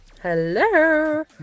Hello